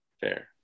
Fair